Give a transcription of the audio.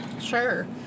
Sure